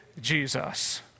Jesus